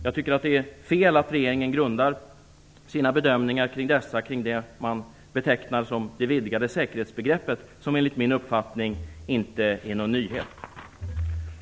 Jag tycker att det är fel att regeringen grundar sina bedömningar kring dessa och kring det som man betecknar som det vidgade säkerhetsbegreppet, som enligt min uppfattning inte är någon nyhet.